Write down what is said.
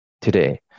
today